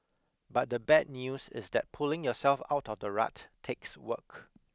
but the bad news is that pulling yourself out of the rut takes work